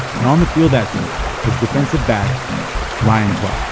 and on the field that day was defensive back ryan clark